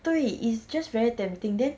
对 it's just very tempting then